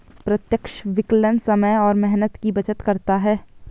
प्रत्यक्ष विकलन समय और मेहनत की बचत करता है